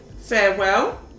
farewell